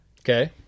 Okay